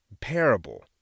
parable